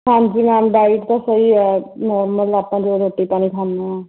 ਹਾਂਜੀ ma'am diet ਤਾਂ ਸਹੀ ਹੈ ਨੋਰਮਲ ਆਪਾਂ ਜੋ ਰੋਟੀ ਪਾਣੀ ਖਾਂਦੇ ਹਾਂ